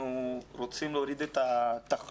אנחנו רוצים להוריד את התחלואה.